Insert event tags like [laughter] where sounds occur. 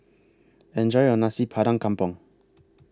Enjoy your Nasi [unintelligible] Kampung